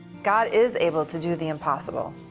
god is able to do the impossible.